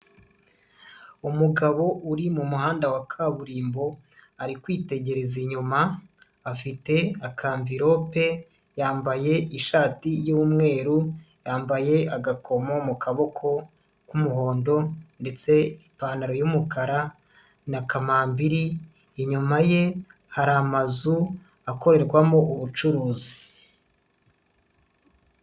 Umugabo uri mu muhanda wa kaburimbo, ari kwitegereza inyuma, afite akamvilope, yambaye ishati y'umweru, yambaye agakomo mu kaboko k'umuhondo ndetse ipantaro y'umukara na kamambiri, inyuma ye hari amazu akorerwamo ubucuruzi.